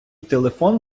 телефон